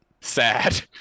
sad